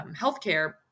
healthcare